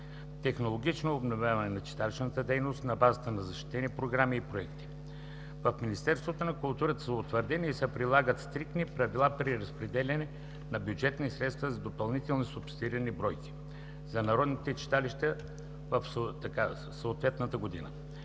технологично обновяване на читалищната дейност на базата на защитени програми и проекти. В Министерството на културата са утвърдени и се прилагат стриктни правила при разпределяне на бюджетни средства за допълнителни субсидирани бройки за народните читалища за съответната година.